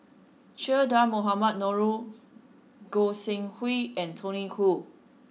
Che Dah Mohamed Noor Goi Seng Hui and Tony Khoo